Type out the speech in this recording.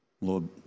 Lord